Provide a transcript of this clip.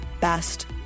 best